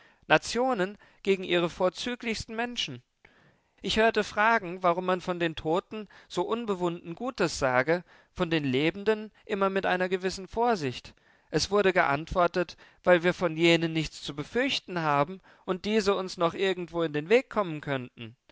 nationen gegen ihre vorzüglichsten menschen ich hörte fragen warum man von den toten so unbewunden gutes sage von den lebenden immer mit einer gewissen vorsicht es wurde geantwortet weil wir von jenen nichts zu befürchten haben und diese uns noch irgendwo in den weg kommen könnten